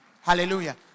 Hallelujah